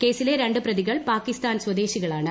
കേസിലെ രണ്ട് പ്രതികൾ പാക്കിസ്ഥാൻ സ്വദേശികളാണ്